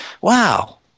wow